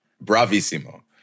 Bravissimo